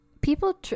people